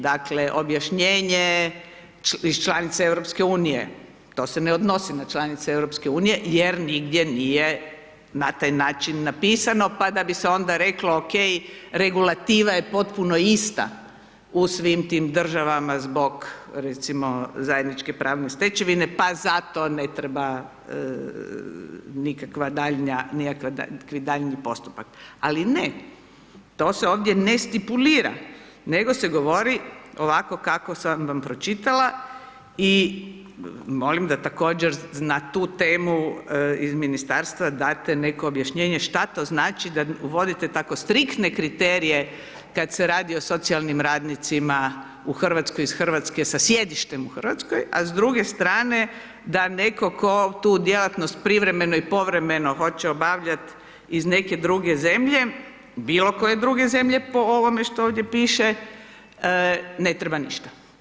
Dakle, objašnjenje iz članice EU, to se ne odnosi na članice EU jer nigdje nije na taj način napisano, pa da bi se onda reklo, okej, regulativa je potpuno ista u svim tim državama zbog, recimo, zajedničke pravne stečevine, pa zato ne treba nikakvi daljnji postupak, ali ne, ovdje se to ne stipulira, nego se govori ovako kako sam vam pročitala i molim da također na tu temu iz Ministarstva date neko objašnjenje šta to znači da uvodite tako striktne kriterije kad se radi o socijalnim radnicima u RH, iz RH, sa sjedištem u RH, a s druge strane da netko tko tu djelatnost privremeno i povremeno hoće obavljat iz neke druge zemlje, bilo koje druge zemlje po ovome što ovdje piše, ne treba ništa.